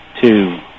two